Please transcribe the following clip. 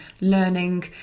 learning